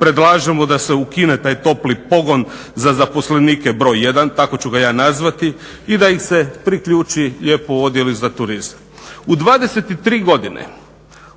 predlažemo da se ukine taj topli pogon za zaposlenike broj 1 tako ću ga ja nazvati i da im se priključi odjeli lijepo za turizam. U 23 godine